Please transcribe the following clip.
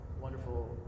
wonderful